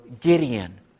Gideon